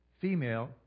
female